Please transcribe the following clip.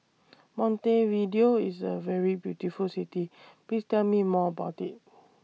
Montevideo IS A very beautiful City Please Tell Me More about IT